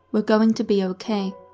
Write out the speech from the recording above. we're going to be ok.